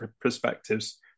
perspectives